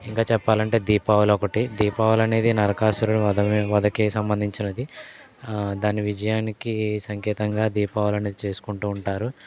ఇంకా చెప్పాలంటే దీపావళి ఒకటి దీపావళి అనేది నరకాసురనివదను వధకి సంబంధించినది దాని విజయానికి సంకేతంగా దీపావళి అనేది చేసుకుంటూ ఉంటారు